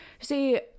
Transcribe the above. See